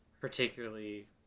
particularly